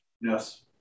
Yes